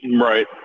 Right